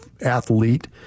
athlete